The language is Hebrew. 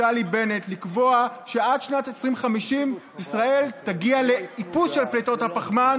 נפתלי בנט לקבוע שעד שנת 2050 ישראל תגיע לאיפוס של פליטות הפחמן,